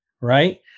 Right